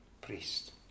priest